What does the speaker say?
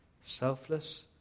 selfless